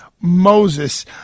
Moses